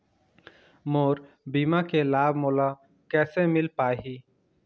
मोर बीमा के लाभ मोला कैसे मिल पाही?